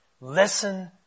Listen